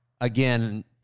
Again